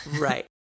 Right